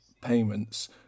payments